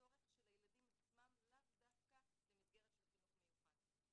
צורך של הילדים עצמם לאו דווקא למסגרת של חינוך מיוחד.